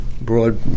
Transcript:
broad